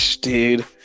Dude